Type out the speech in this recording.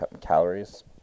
calories